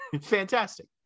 fantastic